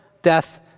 death